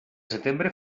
setembre